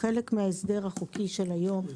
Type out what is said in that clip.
חלק מההסדר החוקי של היום,